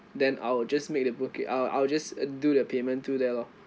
then I'll just make the booking I'll I'll just do the payment through there lor